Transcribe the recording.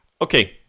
Okay